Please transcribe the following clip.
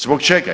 Zbog čega?